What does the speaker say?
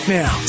now